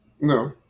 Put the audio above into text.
No